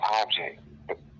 object